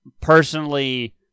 personally